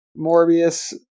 Morbius